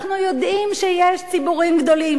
אנחנו יודעים שיש ציבורים גדולים,